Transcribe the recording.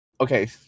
okay